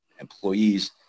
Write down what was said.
employees